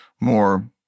more